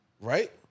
right